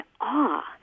awe